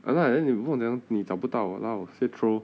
I like eh then 你不能你找不到哦那我先 throw